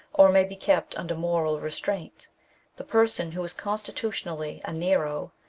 or may be kept under moral restraint the person who is constitution ally a nero,